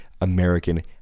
American